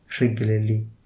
regularly